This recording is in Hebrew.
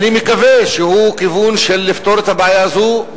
אני מקווה שהוא כיוון של לפתור את הבעיה הזאת,